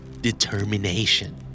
Determination